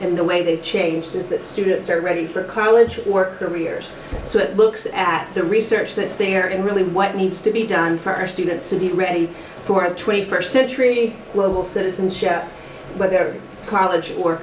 and the way they've changed is that students are ready for college work careers so it looks at the research this thing and really what needs to be done for our students to be ready for the twenty first century global citizenship but their college or